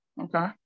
okay